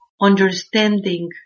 Understanding